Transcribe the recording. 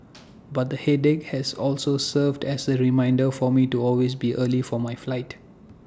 but the headache has also served as A reminder for me to always be early for my flight